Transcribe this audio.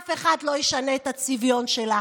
אף אחד לא ישנה את הצביון שלה.